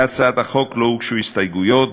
להצעת החוק לא הוגשו הסתייגויות,